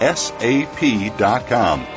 sap.com